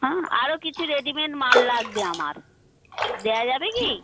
হাঁ আরও কিছু রেডিমেড মাল লাগবে আমার দেয়া যাবে কি